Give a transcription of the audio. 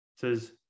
says